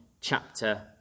chapter